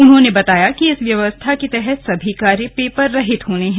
उन्होंने बताया कि इस व्यवस्था के तहत सभी कार्य पेपर रहित होने हैं